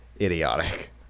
idiotic